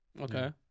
Okay